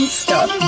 stop